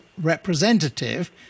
representative